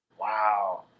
Wow